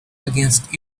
against